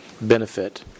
benefit